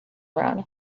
run